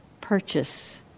purchase